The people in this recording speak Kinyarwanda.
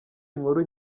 inkuru